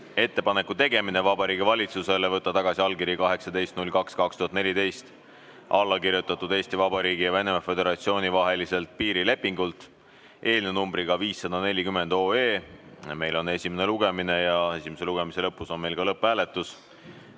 "Ettepaneku tegemine Vabariigi Valitsusele võtta tagasi allkiri 18.02.2014. a. alla kirjutatud Eesti Vabariigi ja Venemaa Föderatsiooni vaheliselt piirilepingult" eelnõu numbriga 540. Meil on esimene lugemine ja selle lõpus on ka lõpphääletus.